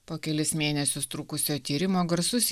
po kelis mėnesius trukusio tyrimo garsus